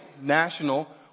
national